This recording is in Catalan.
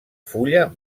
fulla